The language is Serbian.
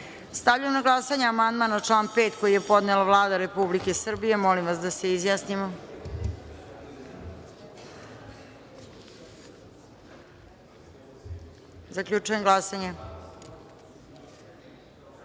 na glasanje amandman na član 5. koji je podnela Vlada Republike Srbije. Molim vas da se izjasnimo. Zaključujem glasanje: